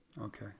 Okay